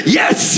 yes